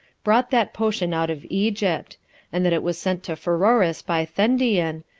brought that potion out of egypt and that it was sent to pheroras by thendion,